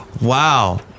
Wow